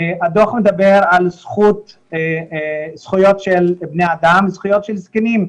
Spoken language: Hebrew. הדוח מדבר על זכויות של בני אדם וזכויות של זקנים,